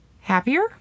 happier